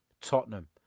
Tottenham